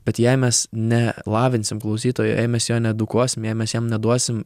bet jei mes nelavinsim klausytojo jei mes jo needukuosim jei mes jam neduosim